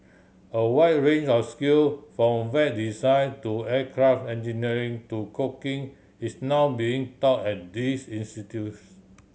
a wide range of skill from Web design to aircraft engineering to cooking is now being taught at these institution